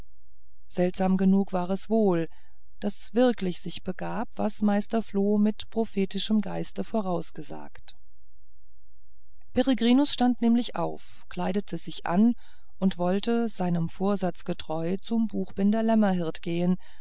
seltsam genug war es wohl daß wirklich sich begab was meister floh mit prophetischem geiste vorausgesagt peregrinus stand nämlich auf kleidete sich an und wollte seinem vorsatz getreu zum buchbinder lämmerhirt gehen